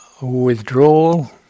withdrawal